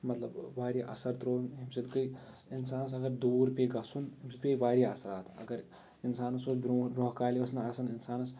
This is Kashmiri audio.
مطلب واریاہ اَثَر ترٛووُن اَمہِ سۭتۍ گٔیے اِنسانَس اگر دوٗر پے گژھُن اَمہِ سۭتۍ پیٚیہِ واریاہ اَثرات اگر اِنسانَس اوس بروںٛٹھ برونٛہہ کالہِ ٲس نہٕ آسان اِنسانَس